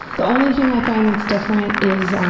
the only thing i find that's different is,